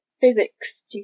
physics